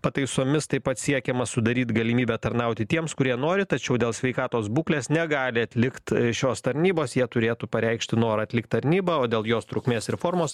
pataisomis taip pat siekiama sudaryt galimybę tarnauti tiems kurie nori tačiau dėl sveikatos būklės negali atlikt šios tarnybos jie turėtų pareikšti norą atlikt tarnybą o dėl jos trukmės ir formos